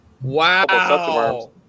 Wow